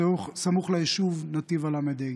סמוך ליישוב נתיב הל"ה.